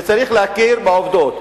וצריך להכיר בעובדות.